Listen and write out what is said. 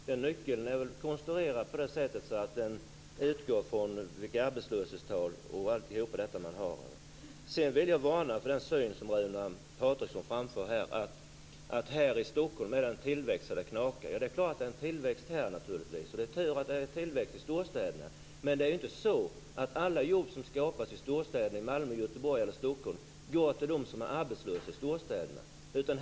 Denna nyckel är konstruerad så att den utgår från arbetslöshetstal osv. Sedan vill jag varna för den syn som Runar Patriksson ger utttryck för här, att Stockholm har en tillväxt så att det knakar. Det är klart att det är en tillväxt här, och det är tur att det finns en tillväxt i storstäderna. Men alla jobb som skapas i Stockholm, Göteborg och Malmö går ju inte till dem som är arbetslösa i dessa storstäder.